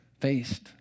faced